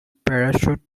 parachute